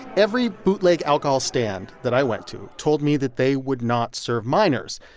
every bootleg alcohol stand that i went to told me that they would not serve minors.